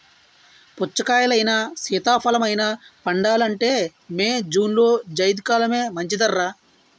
పుచ్చకాయలైనా, సీతాఫలమైనా పండాలంటే మే, జూన్లో జైద్ కాలమే మంచిదర్రా